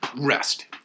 Rest